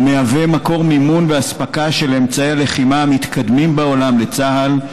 הוא מהווה מקור מימון ואספקה של אמצעי הלחימה המתקדמים בעולם לצה"ל,